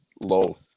low